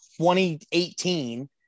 2018